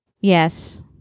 Yes